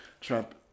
Trump